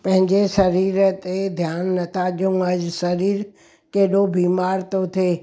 पंहिंजे शरीर ते ध्यानु नथा ॾियूं अॼु शरीरु केॾो बीमार थो थिए